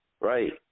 right